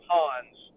Ponds